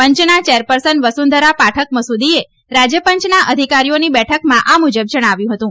પંચના ચેરપર્સન વસુંધરા પાઠક મસૂદીએ રાજ્યપંચના અધિકારીઓની બેઠકમાં આ મુજબ જણાવ્યું હતું